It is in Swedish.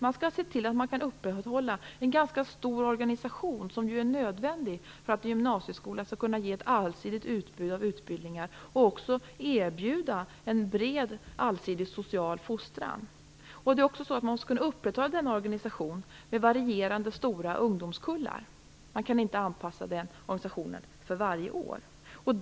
Man skall se till att man kan upprätthålla en ganska stor organisation, som ju är nödvändig för att gymnasieskolan skall kunna ge ett allsidigt utbud av utbildningar och även erbjuda en bred allsidig social fostran. Man måste också kunna upprätthålla denna organisation med varierande stora ungdomskullar. Man kan inte anpassa organisationen för varje år.